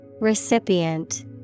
Recipient